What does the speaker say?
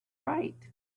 right